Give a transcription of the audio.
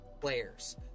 players